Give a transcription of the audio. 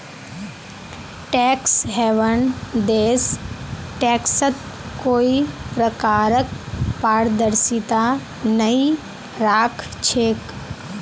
tax haven देश टैक्सत कोई प्रकारक पारदर्शिता नइ राख छेक